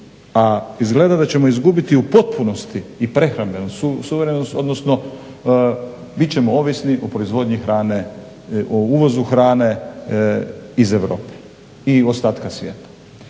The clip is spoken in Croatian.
a izgleda da ćemo izgubiti u potpunosti i prehrambenu suverenost, odnosno bit ćemo ovisni o proizvodnji hrane, o uvozu hrane iz Europe i ostatka svijeta.